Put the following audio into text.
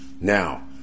Now